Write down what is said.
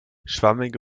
schwammige